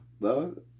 No